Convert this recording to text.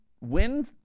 win